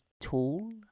tall